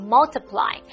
Multiply